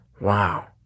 Wow